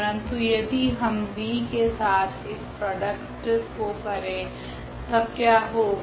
परंतु यदि हम v के साथ इस प्रॉडक्ट को करे तब क्या होगा